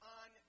on